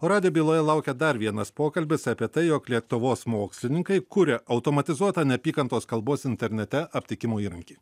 o radijo byloje laukia dar vienas pokalbis apie tai jog lietuvos mokslininkai kuria automatizuotą neapykantos kalbos internete aptikimo įrankį